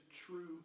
true